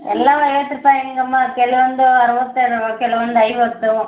ಎಲ್ಲ ಐವತ್ತು ರೂಪಾಯಿ ಹೆಂಗಮ್ಮ ಕೆಲವೊಂದು ಅರ್ವತ್ತು ಕೆಲವೊಂದು ಐವತ್ತು